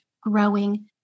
growing